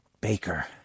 Baker